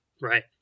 Right